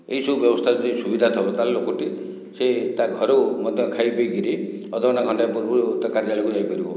ଏହିସବୁ ବ୍ୟବସ୍ଥା ଯଦି ସୁବିଧା ଥିବ ତା'ହେଲେ ଲୋକଟି ସେ ତା ଘରୁ ମଧ୍ୟ ଖାଇ ପିଇକରି ଅଧଘଣ୍ଟା ଘଣ୍ଟାଏ ପୂର୍ବରୁ ତା କାର୍ଯ୍ୟାଳୟକୁ ଯାଇ ପାରିବ